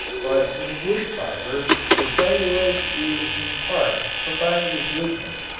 but in wood fiber the cellulose is in part combined with lignin,